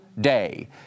day